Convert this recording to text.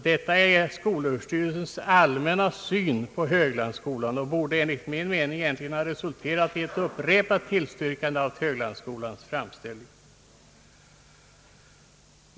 Detta är alltså skolöverstyrelsens allmänna syn på Höglandsskolan, och den borde enligt min mening ha resulterat i ett upprepat tillstyrkande av Höglandsskolans framställning.